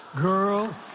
girl